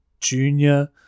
junior